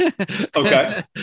okay